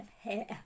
hair